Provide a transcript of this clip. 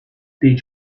did